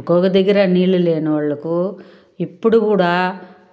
ఒకొక దగ్గర నీళ్ళు లేని వాళ్ళకు ఇప్పుడు కూడా